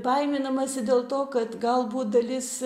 baiminamasi dėl to kad galbūt dalis